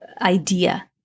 idea